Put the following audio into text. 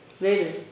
Later